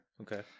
Okay